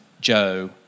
Joe